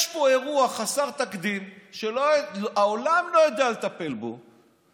יש פה אירוע חסר תקדים שהעולם לא יודע לטפל בו